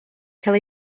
cael